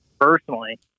personally